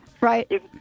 Right